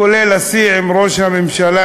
כולל השיא עם ראש הממשלה,